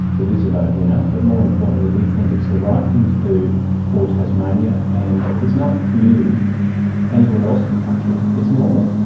it is a vote winner, but more importantly we think it's the right thing to do for tasmania. and it's not new anywhere else in the country, it's normal.